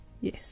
Yes